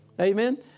Amen